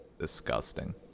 Disgusting